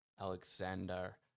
Alexander